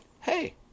hey